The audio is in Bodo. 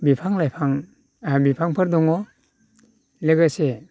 बिफां लाइफां ओ बिफांफोर दङ लोगोसे